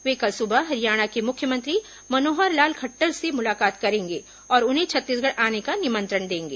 वे कल सुबह हरियाणा के मुख्यमंत्री मनोहर लाल खट्टर से मुलाकात करेंगे और उन्हें छत्तीसगढ़ आने का निमंत्रण देंगे